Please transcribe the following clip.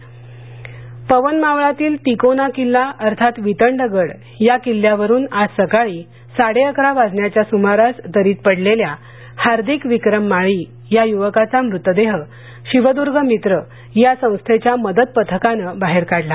अपघाती निधन पवन मावळातील तिकोना किल्ला अर्थात वितंडगड या किल्ल्यावरुन आज सकाळी साडेअकरा वाजण्याच्या सुमारास दरीत पडलेल्या हार्दिक विक्रम माळी या युवकाचा मृतदेह शिवद्ग मित्र या संस्थेच्या मदत पथकाने बाहेर काढला